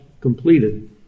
completed